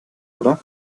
oder